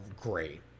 great